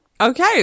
Okay